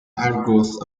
outgrowth